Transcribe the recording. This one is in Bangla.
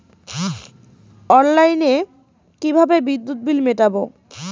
অনলাইনে কিভাবে বিদ্যুৎ বিল মেটাবো?